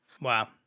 wow